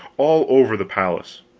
all over the palace.